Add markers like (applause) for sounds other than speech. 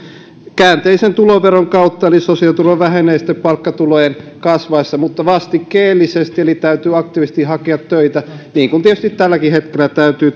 käänteisen tuloveron kautta eli sosiaaliturva vähenee palkkatulojen kasvaessa mutta vastikkeellisesti eli täytyy aktiivisesti hakea töitä niin kuin tietysti tälläkin hetkellä täytyy (unintelligible)